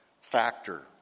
factor